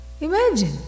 Imagine